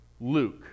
Luke